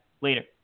Later